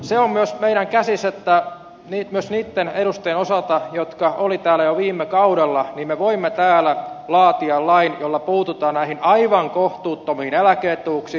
se on myös meidän käsissämme että myös niitten edustajien osalta jotka olivat täällä jo viime kaudella me voimme täällä laatia lain jolla puututaan näihin aivan kohtuuttomiin eläke etuuksiin